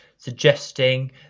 Suggesting